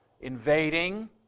invading